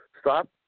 Stop